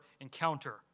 encounter